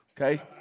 okay